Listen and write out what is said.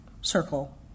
circle